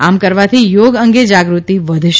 આમ કરવાથી યોગ અંગે જાગૃતિ વધશે